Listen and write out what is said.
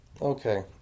Okay